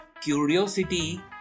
curiosity